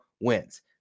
wins